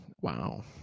Wow